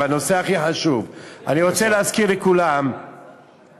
הנושא הכי חשוב: אני רוצה להזכיר לכולם שהאו"ם